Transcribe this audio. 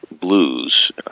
Blues